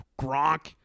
Gronk